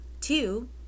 two